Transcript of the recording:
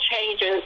changes